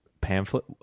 Pamphlet